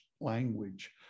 language